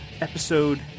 Episode